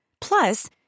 Plus